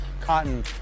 cotton